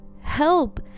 Help